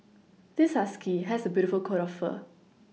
this husky has a beautiful coat of fur